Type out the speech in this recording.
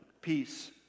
peace